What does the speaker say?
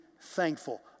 thankful